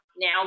now